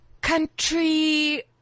country